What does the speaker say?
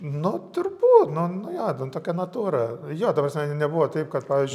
nu turbūt nu nu jo ten tokia natūra jo ta prasme nebuvo taip kad pavyzdžiui